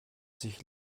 sich